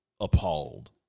appalled